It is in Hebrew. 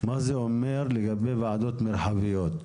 מה זה אומר לגבי ועדות מרחביות?